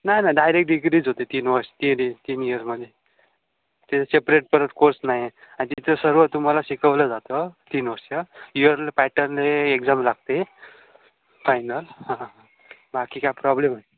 नाही नाही डायरेक्ट डिग्रीच होते तीन वर्ष तीन तीन इयरमध्ये तिथे सेपरेट परत कोर्स नाही आहे आणि तिथं सर्व तुम्हाला शिकवलं जातं तीन वर्ष इयरली पॅटर्नने एक्झाम लागते फायनल हां हां बाकी काय प्रॉब्लेम नाही